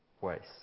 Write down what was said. waste